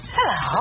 Hello